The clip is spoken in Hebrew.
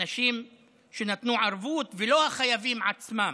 אנשים שנתנו ערבות, לא החייבים עצמם.